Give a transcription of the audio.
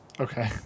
Okay